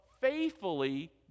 faithfully